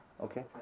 Okay